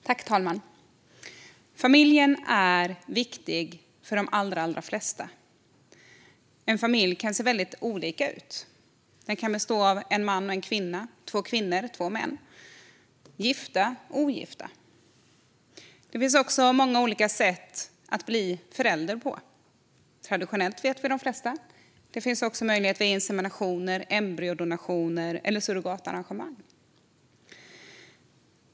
Fru talman! Familjen är viktig för de allra flesta. En familj kan se väldigt olika ut. Den kan bestå av en man och en kvinna, två kvinnor eller två män, gifta eller ogifta. Det finns också många olika sätt att bli förälder: traditionellt, som de flesta vet, inseminationer, embryodonationer eller surrogatarrangemang.